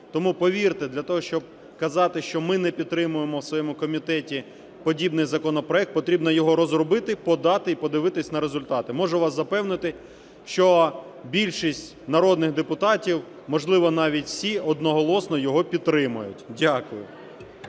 Тому повірте, для того, щоб казати, що ми не підтримуємо у своєму комітеті подібний законопроект, потрібно його розробити, подати і подивитись на результати. Можу вас запевнити, що більшість народних депутатів, можливо, навіть всі одноголосно його підтримають. Дякую.